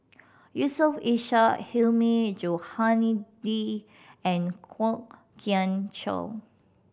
Yusof Ishak Hilmi Johandi and Kwok Kian Chow